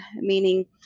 meaning